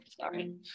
sorry